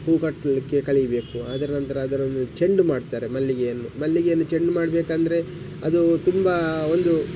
ಹೂ ಕಟ್ಟಲಿಕ್ಕೆ ಕಲಿಬೇಕು ಅದರ ನಂತರ ಅದರಲ್ಲಿ ಚೆಂಡು ಮಾಡ್ತಾರೆ ಮಲ್ಲಿಗೆಯನ್ನು ಮಲ್ಲಿಗೆಯನ್ನು ಚೆಂಡು ಮಾಡಬೇಕಂದ್ರೆ ಅದು ತುಂಬಾ ಒಂದು